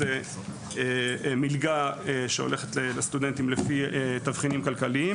מלגה שהולכת לסטודנטים לפי תבחינים כלכליים.